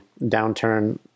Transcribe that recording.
downturn